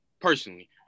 personally